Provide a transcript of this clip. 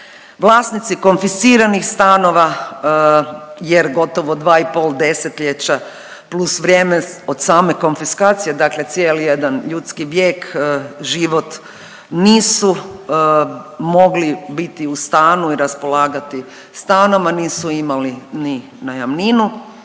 Vlasnici konfisciranih stanova jer gotovo dva i pol desetljeća plus vrijeme od same konfiskacije, dakle cijeli jedan ljudski vijek, život nisu mogli biti u stanu i raspolagati stanom, a nisu imali ni najamninu.